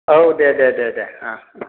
औ दे दे दे दे ओ ओ